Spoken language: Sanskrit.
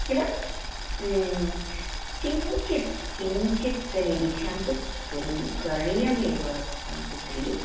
किल किञ्चित् किञ्चित् निरीक्षां तु कु करणीयमेव पुत्री